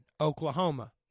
Oklahoma